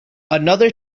another